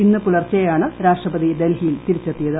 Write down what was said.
ഇന്ന് പുലർച്ചെയാണ് രാഷ്ട്രപതി ഡൽഹിയിൽ തിരിച്ചെത്തിയത്